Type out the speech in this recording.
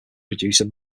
publisher